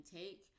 take